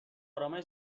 ارامش